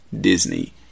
Disney